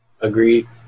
Agreed